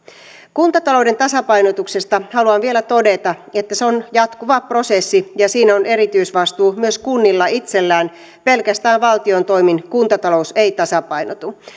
kuntatalouden tasapainotuksesta haluan vielä todeta että se on jatkuva prosessi ja siinä on erityisvastuu myös kunnilla itsellään pelkästään valtion toimin kuntatalous ei tasapainotu